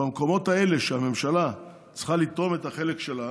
במקומות האלה שהממשלה צריכה לתרום את החלק שלה